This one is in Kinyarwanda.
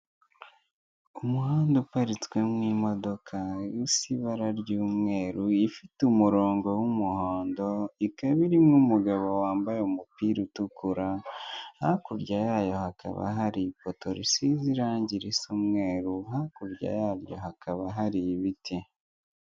Umuhanda uparitswemo imodoka ifite ibara ry'umweru, ifite umurongo w'umuhondo, ikaba irimo umugabo wambaye umupira utukura, hakurya yayo hakaba hari ipoto risize irangi risa umweru, hakurya yaryo hakaba hari ibiti.